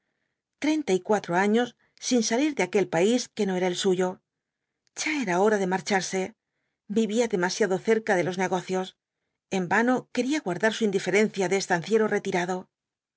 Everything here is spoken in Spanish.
treinta y cuatro años sin salir de aquel país que no era el suyo ya era hora de marcharse vivía demasiado cerca de los negocios en vano quería guardar su indiferencia de estanciero retirado